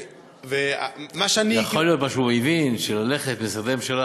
יכול להיות שהוא הבין שללכת למשרדי ממשלה